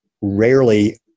rarely